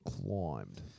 climbed